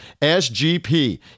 SGP